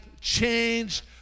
changed